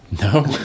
no